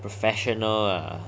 professional ah